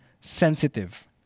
sensitive